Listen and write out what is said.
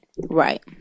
Right